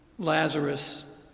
Lazarus